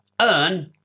earn